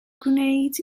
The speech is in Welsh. gwneud